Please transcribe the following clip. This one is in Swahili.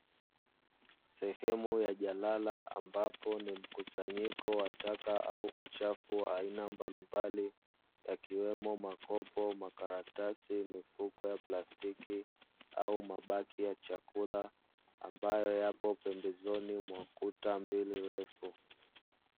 Sehemu ya jalala ambapo ni mkusanyiko wa taka au uchafu wa aina mbalimbali yakiwemo; makopo, makaratasi, mifuko ya plastiki au mabaki ya chakula ambayo yapo pembezoni mwa kuta mbili refu.